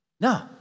No